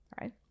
right